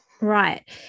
right